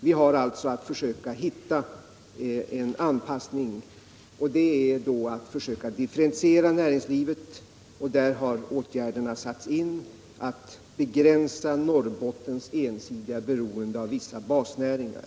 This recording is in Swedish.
Vi måste alltså hitta en anpassning, och det blir då att försöka differentiera näringslivet. Där har åtgärder satts in för att begränsa Norrbottens ensidiga beroende av vissa basnäringar.